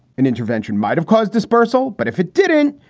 an intervention might have caused dispersal, but if it didn't.